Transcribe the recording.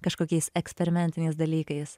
kažkokiais eksperimentiniais dalykais